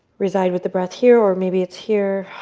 reside with the breath here, or maybe it's here.